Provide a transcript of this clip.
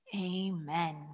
Amen